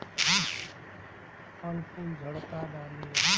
फल फूल झड़ता का डाली?